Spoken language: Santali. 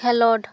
ᱠᱷᱮᱞᱳᱰ